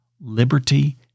liberty